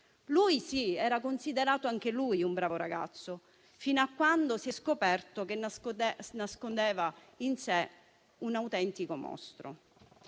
Lui, sì, era considerato anche lui un bravo ragazzo, fino a quando si è scoperto che nascondeva in sé un autentico mostro,